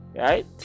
right